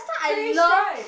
three stripe